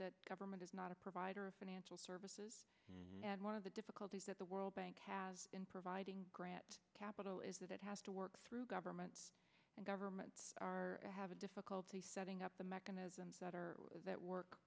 that government is not a provider of financial services and one of the difficulties that the world bank has in providing grant capital is that it has to work through government and government are having difficulty setting up the mechanisms that are at work